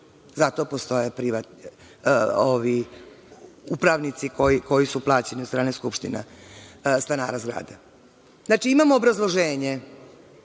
zato postoje upravnici koji su plaćeni od strane skupštine stanara zgrada. Znači, imamo obrazloženje,